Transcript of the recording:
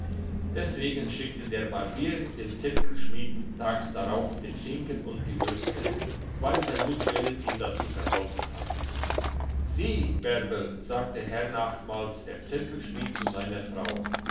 deswegen schickte der barbier dem zirkelschmied tags darauf den schinken und die würste weil sein mutwillen ihm dazu verholfen hatte sieh bärbel sagte hernachmals der zirkelschmied zu seiner frau